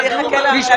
אני אחכה לדברי